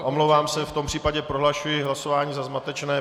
Omlouvám se, v tom případě prohlašuji hlasování za zmatečné.